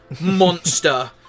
monster